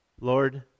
Lord